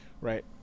Right